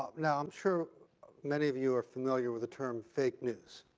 now, i'm sure many of you are familiar with the term fake news.